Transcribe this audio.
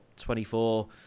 24